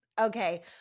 Okay